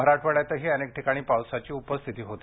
मराठवाड्यातही अनेक ठिकाणी पावसाची उपस्थिती होती